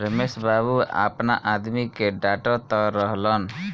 रमेश बाबू आपना आदमी के डाटऽत रहलन